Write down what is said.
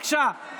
בבקשה,